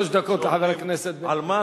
שלוש דקות, חבר הכנסת בן-ארי.